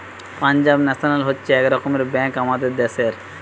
Punjab National হচ্ছে এক রকমের ব্যাঙ্ক আমাদের দ্যাশের